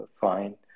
fine